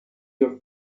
your